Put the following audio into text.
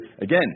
Again